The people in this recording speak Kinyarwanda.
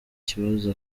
ikibazo